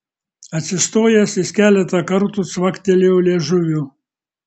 atsistojęs jis keletą kartų cvaktelėjo liežuviu